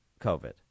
COVID